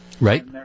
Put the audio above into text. Right